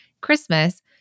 Christmas